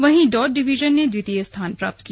वहीं dot division ने द्वितीय स्थान प्राप्त किया